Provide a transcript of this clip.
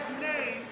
name